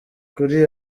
kuri